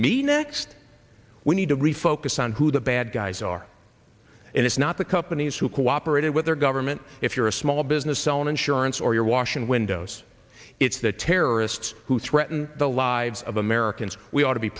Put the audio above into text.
me next we need to refocus on who the bad guys are and it's not the companies who cooperated with their government if you're a small business selling insurance or you're washing windows it's the terrorists who threaten the lives of americans we ought to be